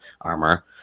armor